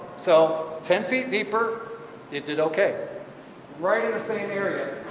so ten feet deeper it did okay right in the same area